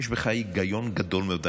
יש בך היגיון גדול מאוד.